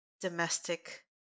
domestic